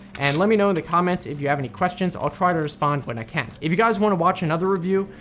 and let me know in the comments if you have any questions, i'll try to respond when i can. if you guys want to watch another review,